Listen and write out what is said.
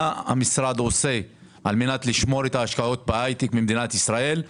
מה המשרד עושה כדי לשמור את ההשקעות בהייטק במדינת ישראל?